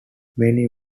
many